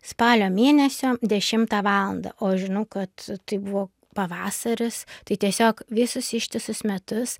spalio mėnesio dešimtą valandą o žinau kad tai buvo pavasaris tai tiesiog visus ištisus metus